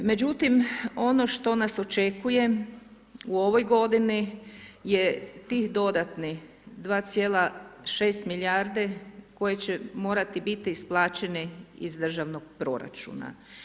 Međutim, ono što nas očekuje u ovoj godini je tih dodatnih 2,6 milijarde koje će morati biti isplaćene iz Državnog proračuna.